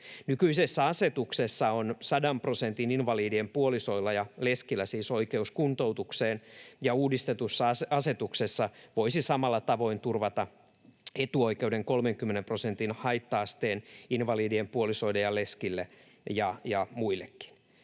Nykyisessä asetuksessa on 100 prosentin invalidien puolisoilla ja leskillä siis oikeus kuntoutukseen, ja uudistetussa asetuksessa voisi samalla tavoin turvata etuoikeuden 30 prosentin haitta-asteen invalidien puolisoille ja leskille ja muillekin